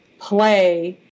play